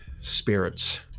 spirits